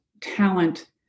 talent